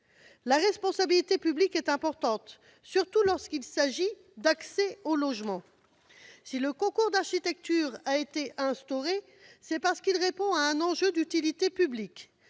La responsabilité publique est importante, surtout lorsqu'il s'agit de l'accès au logement. Si le concours d'architecture a été instauré, c'est parce qu'il répond à un enjeu d'utilité publique.